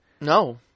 No